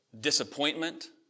disappointment